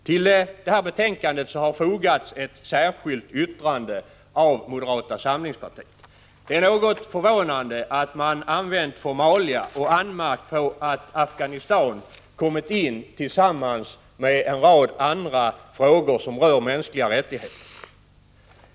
Till detta betänkande har fogats ett särskilt yttrande av moderata samlingspartiet. Det är något förvånande att man använt formalia och anmärkt på att Afghanistans problem kommit in i betänkandet tillsammans med en rad andra frågor som rör mänskliga rättigheter.